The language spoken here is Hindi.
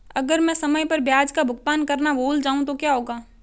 अगर मैं समय पर ब्याज का भुगतान करना भूल जाऊं तो क्या होगा?